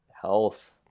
health